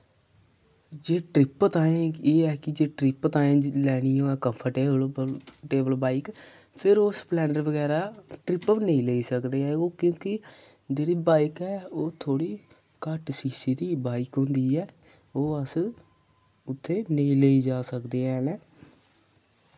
जे trip ताईं एह् ऐ कि जे ट्रिप ताईं लैनी होऐ कम्फर्टेबल टेबल बाइक फिर ओह् स्प्लैंडर बगैरा ट्रिप उप्पर नेईं लेई सकदे ऐ ओह् क्यूंकि जेह्ड़ी बाइक ऐ ओह् थोह्ड़ी घट्ट सी सी दी बाइक होंदी ऐ ओह् अस उत्थे नेईं लेई जाई सकदे हैन